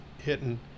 hitting